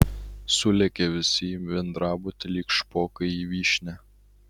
sulėkė visi į bendrabutį lyg špokai į vyšnią